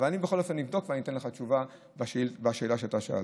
אבל בכל אופן אני אבדוק ואתן לך תשובה על השאלה ששאלת.